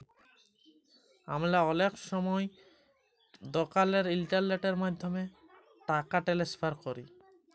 আমরা অলেক সময় দকালের ইলটারলেটের মাধ্যমে টাকা টেনেসফার ক্যরি